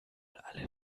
alle